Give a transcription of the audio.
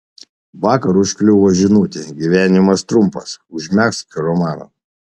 vakar užkliuvo žinutė gyvenimas trumpas užmegzk romaną